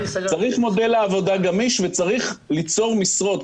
צריך מודל עבודה גמיש וצריך ליצור משרות.